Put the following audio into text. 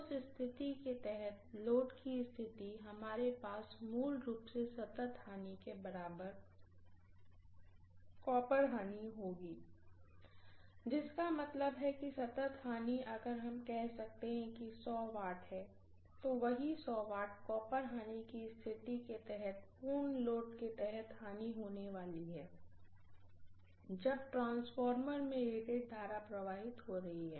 उस स्थिति के तहत लोड की स्थिति हमारे पास मूल रूप से सतत लॉस के बराबर कॉपर लॉस होगी जिसका मतलब है कि सतत लॉस अगर हम कहते हैं कि 100 वाट है तो वही 100 वाट कॉपर लॉस की स्थिति के तहत पूर्ण लोड के तहत लॉस होने वाला है जब ट्रांसफॉर्मर में रेटेड करंट प्रवाहित हो रही है